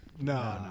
No